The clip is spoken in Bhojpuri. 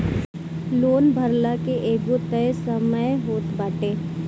लोन भरला के एगो तय समय होत बाटे